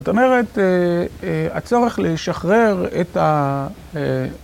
זאת אומרת, הצורך לשחרר את ה...